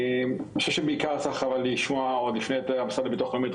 אני חושב שבעיקר צריך לשמוע עוד לפני המשרד לביטוח לאומי את